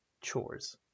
chores